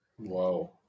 Wow